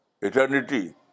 eternity